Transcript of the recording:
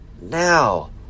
now